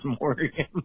Morgan